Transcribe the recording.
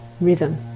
rhythm